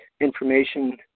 information